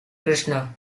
krishna